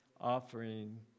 offering